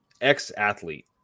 ex-athlete